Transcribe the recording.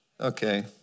Okay